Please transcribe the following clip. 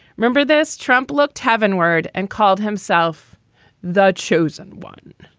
remember this? trump looked heavenward and called himself the chosen one.